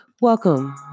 Welcome